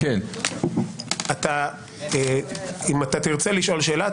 אם תרצה לשאול שאלה,